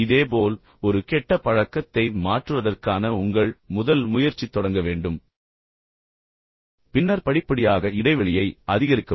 இதேபோல் ஒரு கெட்ட பழக்கத்தை மாற்றுவதற்கான உங்கள் முதல் முயற்சி தொடங்க வேண்டும் எனவே நான் சொன்னது போல் சிறிது சிறிதாக பின்னர் படிப்படியாக இடைவெளியை அதிகரிக்கவும்